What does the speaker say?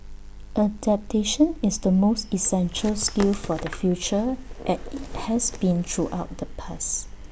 adaptation is the most essential skill for the future as IT has been throughout the past